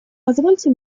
позвольте